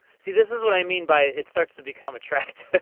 see this is what i mean by it starts to become attractive.